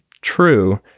true